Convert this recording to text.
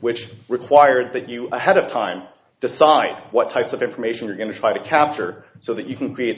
which required that you ahead of time decide what types of information you're going to try to capture so that you can create